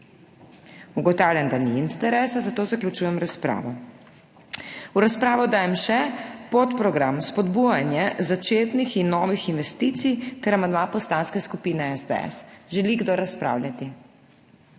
Ugotavljam, da ni interesa, zato zaključujem razpravo. V razpravo dajem še podprogram Spodbujanje začetnih in novih investicij ter amandma Poslanske skupine SDS. Želi kdo razpravljati?